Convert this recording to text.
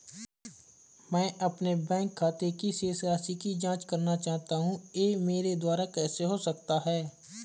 मैं अपने बैंक खाते की शेष राशि की जाँच करना चाहता हूँ यह मेरे द्वारा कैसे हो सकता है?